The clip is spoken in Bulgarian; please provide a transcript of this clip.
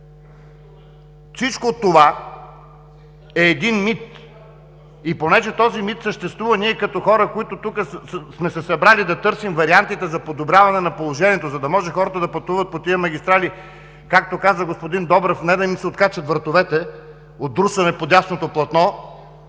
Всичко това е един мит! И понеже този мит съществува, ние като хора, които тук сме се събрали да търсим вариантите за подобряване на положението, за да може хората да пътуват по тези магистрали, както каза господин Добрев „не да им се откачат вратовете от друсане по дясното платно“